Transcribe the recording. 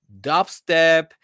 dubstep